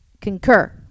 concur